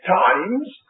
times